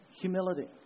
humility